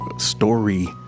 story